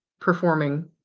performing